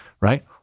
Right